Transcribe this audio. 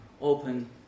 open